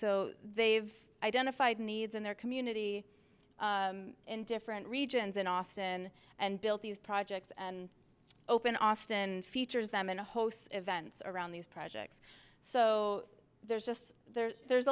so they've identified needs in their community in different regions in austin and built these projects and open austin features them and a host events around these projects so there's just there's